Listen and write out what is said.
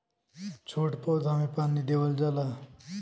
छोट पौधा में पानी देवल जाला